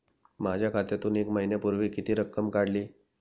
माझ्या खात्यातून एक महिन्यापूर्वी किती रक्कम काढली?